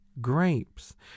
grapes